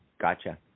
Gotcha